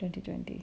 twenty twenty